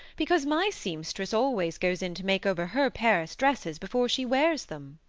because my seamstress always goes in to make over her paris dresses before she wears them.